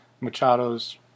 Machado's